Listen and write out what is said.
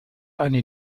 eine